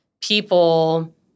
people—